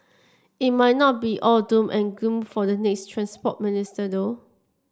it might not be all doom and gloom for the next Transport Minister though